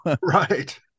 right